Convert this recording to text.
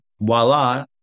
voila